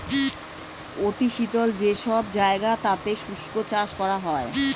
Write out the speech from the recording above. অতি শীতল যে সব জায়গা তাতে শুষ্ক চাষ করা হয়